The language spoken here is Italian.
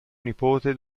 nipote